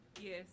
Yes